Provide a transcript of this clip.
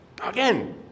Again